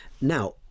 Now